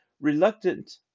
Reluctant